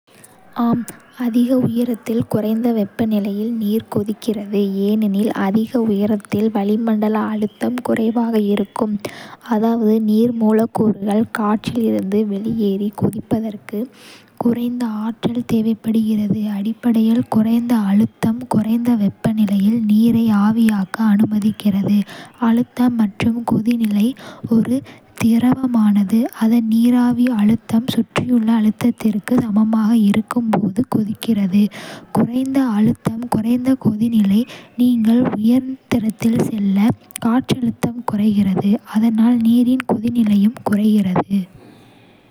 ஆம், அதிக உயரத்தில் குறைந்த வெப்பநிலையில் நீர் கொதிக்கிறது, ஏனெனில் அதிக உயரத்தில் வளிமண்டல அழுத்தம் குறைவாக இருக்கும். அதாவது நீர் மூலக்கூறுகள் காற்றில் இருந்து வெளியேறி கொதிப்பதற்கு குறைந்த ஆற்றல் தேவைப்படுகிறது; அடிப்படையில், குறைந்த அழுத்தம் குறைந்த வெப்பநிலையில் நீரை ஆவியாக்க அனுமதிக்கிறது. அழுத்தம் மற்றும் கொதிநிலை ஒரு திரவமானது அதன் நீராவி அழுத்தம் சுற்றியுள்ள அழுத்தத்திற்கு சமமாக இருக்கும் போது கொதிக்கிறது. குறைந்த அழுத்தம், குறைந்த கொதிநிலை நீங்கள் உயரத்தில் செல்ல, காற்றழுத்தம் குறைகிறது, அதனால் நீரின் கொதிநிலையும் குறைகிறது.